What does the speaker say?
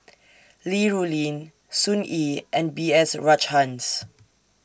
Li Rulin Sun Yee and B S Rajhans